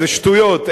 זה שטויות,